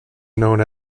known